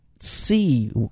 see